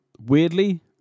weirdly